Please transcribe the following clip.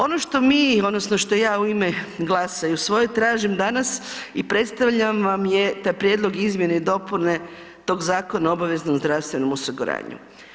Ono što mi odnosno što ja u ime GLAS-a i u svoje tražim danas i predstavljam je taj Prijedlog izmjene i dopune Zakona o obveznog zdravstvenom osiguranju.